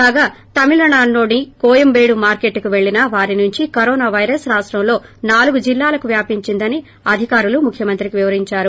కాగా తమిళనాడులోని కోయంబేడు మార్కెట్ కి పెళ్ళిన వారి నుంచి కరోనా పైరస్ రాష్టంలో నాలుగు జిల్లాలకు వ్యాపించిందని అధికారులు ముఖ్యమంత్రికి వివరించారు